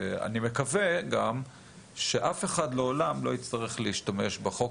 אני מקווה גם שאף אחד לעולם לא יצטרך להשתמש בחוק